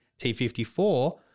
T54